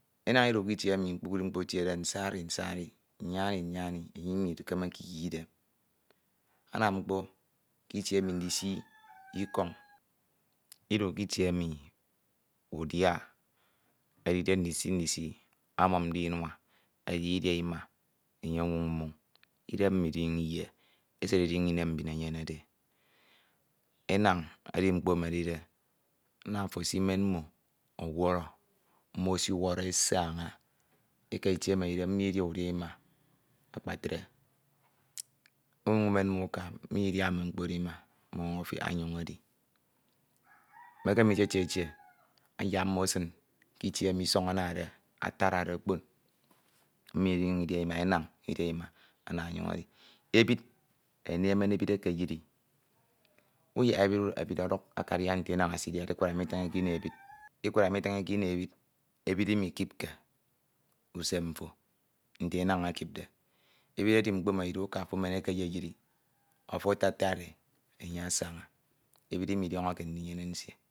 enañ idu k'itie emi kpukpru mkpo etiede nsari nsari, nyani nyani, enye imikemeke iyie idem, anam mkpo k'itie emi ndisi ikọñ, idu k'itie emi udia edide ndisi ndisi, amumde e inua, edide idia ima enye ọñwǝñ mmoñ, idem mmo idinyuñ iyie, esid ininyuñ inem mbin emi enyenede e. Enañ edimkpo emi edide ana ofo esimen mmo ọwọrọ, mmo esiwọrọ esaña k'itie emi edide mmo idia udia ima akpatre, unyuñ umen mmo. Uka, mmo inyuñ idia mme mkpo oro ima, mmo afiak onyoñ edi. Mekeme itietie etie, ayak mmo esin k'itie emi isọñ anade atanade okpon, mmo idinyuñ idia ima enañ idia ima, ana onyoñ edi, ebid enyem edimenmen ebi ekeyin uyak ebid udọhọ yak ebid aka akadia nte enañ esidiade ikura emo itiñ iko ino ebid, ebid imikipke usem mto nte enañ ekipde, ebid edi mkpo emi edide umen uku afo ekeyeyiri ọ afo atatad e enye ansaña, ebid imidiọñọke ndinyene nsie,